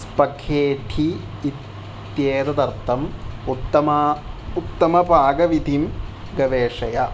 स्पखेठी इत्येददर्थम् उत्तमा उत्तमपाकविधिं गवेषय